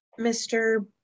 Mr